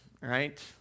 right